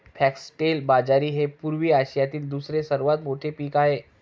foxtail बाजरी हे पूर्व आशियातील दुसरे सर्वात मोठे पीक आहे